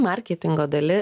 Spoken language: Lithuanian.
marketingo dali